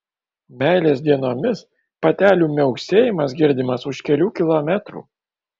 meilės dienomis patelių miauksėjimas girdimas už kelių kilometrų